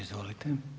Izvolite.